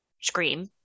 scream